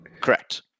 Correct